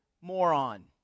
moron